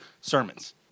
sermons